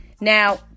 Now